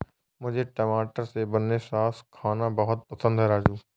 मुझे टमाटर से बने सॉस खाना बहुत पसंद है राजू